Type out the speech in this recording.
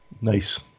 Nice